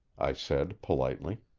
i said politely.